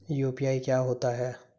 UPI क्या होता है?